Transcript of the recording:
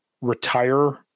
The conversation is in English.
retire